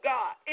God